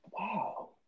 wow